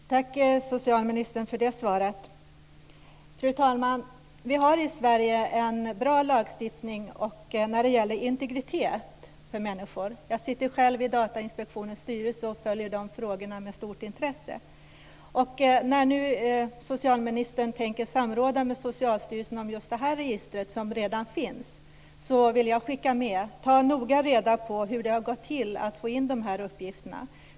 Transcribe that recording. Fru talman! Tack, socialministern, för det svaret. Vi har i Sverige en bra lagstiftning när det gäller integritet för människor. Jag sitter själv i Datainspektionens styrelse och följer de frågorna med stort intresse. När nu socialministern tänker samråda med Socialstyrelsen om just det här registret som redan finns vill jag skicka med uppmaningen att noga ta reda på hur det har gått till att få in uppgifterna.